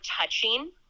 touching